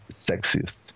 sexist